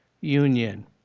union